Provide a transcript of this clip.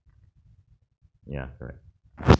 ya correct